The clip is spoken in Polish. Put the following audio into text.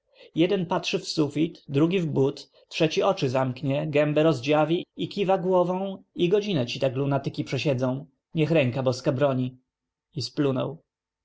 jeden patrzy w sufit drugi w but trzeci oczy zamknie gębę rozdziawi i kiwa głową i godzinęci tak jak lunatyki przesiedzą niech ręka boska broni i splunął